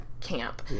camp